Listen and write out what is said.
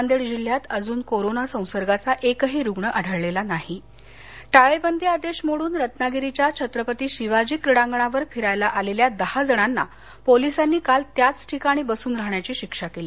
नांदेड जिल्ह्यात अजून कोरोना संसर्गाचा एकही रुग्ण आढळला नाही टाळेबदी आदेश मोडून रत्नागिरीच्या छत्रपती शिवाजी क्रीडांगणावर फिरायला आलेल्या दहा जणांना पोलिसांनी काल त्याच ठिकाणी बसून राहण्याची शिक्षा केली